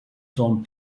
sont